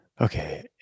Okay